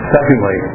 Secondly